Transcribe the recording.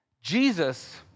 Jesus